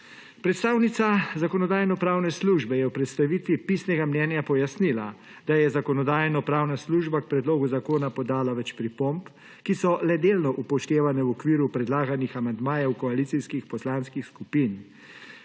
Predstavnica Zakonodajno-pravne službe je v predstavitvi pisnega mnenja pojasnila, da je Zakonodajno-pravna služba k predlogu zakona podala več pripomb, ki so le delno upoštevane v okviru predlaganih amandmajev koalicijskih poslanskih skupin.